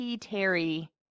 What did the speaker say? Terry